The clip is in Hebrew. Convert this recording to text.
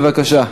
בבקשה.